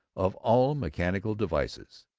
of all mechanical devices.